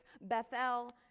Bethel